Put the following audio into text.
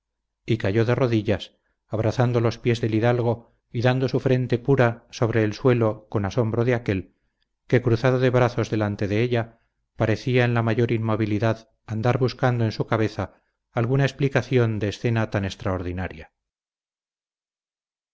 y cayó de rodillas abrazando los pies del hidalgo y dando su frente pura sobre el suelo con asombro de aquél que cruzado de brazos delante de ella parecía en la mayor inmovilidad andar buscando en su cabeza alguna explicación de escena tan extraordinaria